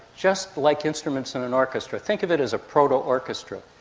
just like instruments in an orchestra. think of it as a proto-orchestra.